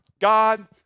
God